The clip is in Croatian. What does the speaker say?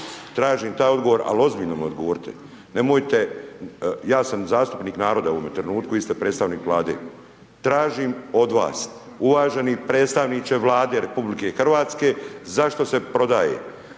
Tražim taj odgovor, al, ozbiljno mi odgovoriti, nemojte, ja sam zastupnik naroda u ovom trenutku, vi ste predstavnik Vlade, tražim od vas uvaženi predstavniče Vlade RH zašto se prodaje,